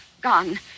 gone